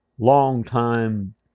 long-time